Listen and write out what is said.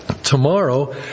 Tomorrow